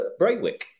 Braywick